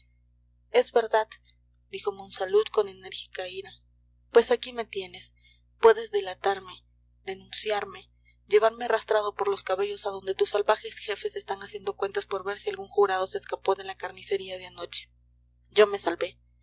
es verdad dijo monsalud con enérgica ira pues aquí me tienes puedes delatarme denunciarme llevarme arrastrado por los cabellos a donde tus salvajes jefes están haciendo cuentas por ver si algún jurado se escapó de la carnicería de anoche yo me salvé